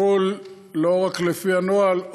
הכול לא רק לפי הנוהל,